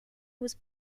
was